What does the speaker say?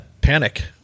panic